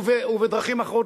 ובדרכים אחרות,